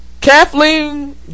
Kathleen